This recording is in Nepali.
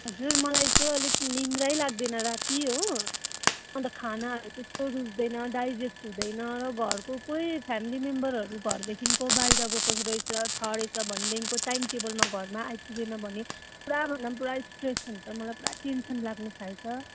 हजुर मलाई चाहिँ अलिक निद्रा लाग्दैन राति हो अन्त खानाहरू त्यस्तो रुच्दैन डाइजेस्ट हुँदैन र घरको कोही फ्यामिली मेम्बरहरू घरदेखिको बाहिर गएको रहेछ छ रहेछ भनेदेखिको टाइम टेबलमा घरमा आइपुगेन भने पुरा भन्दा पुरा स्ट्रेस हुन्छ मलाई पुरा टेन्सन लाग्नु थाल्छ